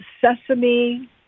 sesame